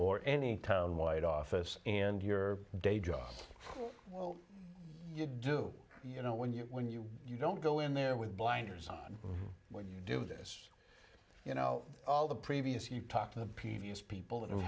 or any town wide office and your day job well you do you know when you when you don't go in there with blinders on when you do this you know all the previous you talk to the people